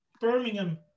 Birmingham